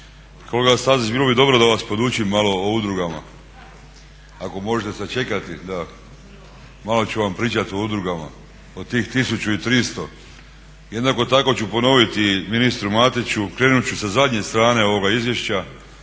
Kolega Stazić, bilo bi dobro da vas podučim malo o udrugama, ako možete sačekati malo ću vam pričat o udrugama, o tih 1300. Jednako tako ću ponoviti ministru Matiću, krenut ću sa zadnje strane ovoga izvješća